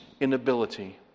inability